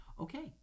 Okay